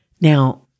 Now